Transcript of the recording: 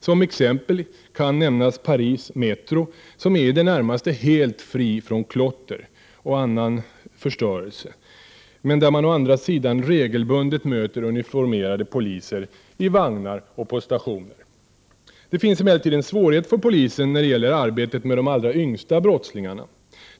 Som exempel kan nämnas Paris Metro, som är i det närmaste helt fri från klotter och annan förstörelse, men där man å andra sidan regelbundet möter uniformerade poliser i vagnar och på stationer. Det finns emellertid en svårighet för polisen när det gäller arbetet med de allra yngsta brottslingarna.